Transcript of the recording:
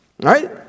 Right